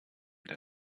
der